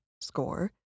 score